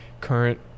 current